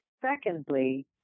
Secondly